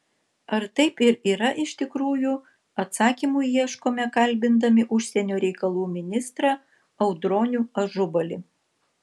ar taip ir yra iš tikrųjų atsakymų ieškome kalbindami užsienio reikalų ministrą audronių ažubalį